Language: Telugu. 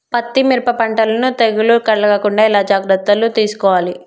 పత్తి మిరప పంటలను తెగులు కలగకుండా ఎలా జాగ్రత్తలు తీసుకోవాలి?